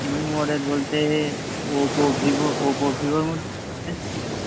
new model বলতে Oppo Vivo Oppo ভিভোর মধ্যে নেবেন